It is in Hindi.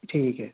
ठीक है